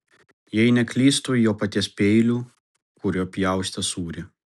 jei neklystu jo paties peiliu kuriuo pjaustė sūrį